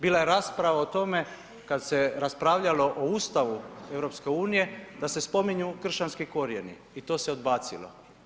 Bila je rasprava o tome kad se raspravljalo o Ustavu EU da se spominju kršćanski korijeni i to se odbacilo.